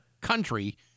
country